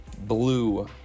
blue